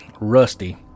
rusty